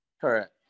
Correct